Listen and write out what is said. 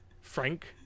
Frank